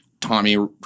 Tommy